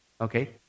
okay